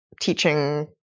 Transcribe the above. teaching